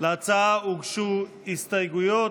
להצעה הוגשו הסתייגויות.